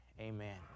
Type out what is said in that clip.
amen